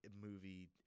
movie